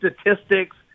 statistics